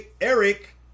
Eric